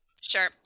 sure